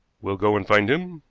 we'll go and find him,